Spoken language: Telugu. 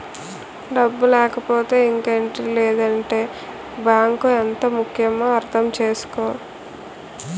డబ్బు లేకపోతే ఇంకేటి లేదంటే బాంకు ఎంత ముక్యమో అర్థం చేసుకో